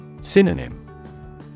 Synonym